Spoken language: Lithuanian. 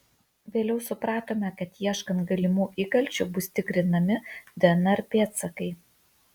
vėliau supratome kad ieškant galimų įkalčių bus tikrinami dnr pėdsakai